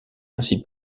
ainsi